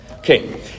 Okay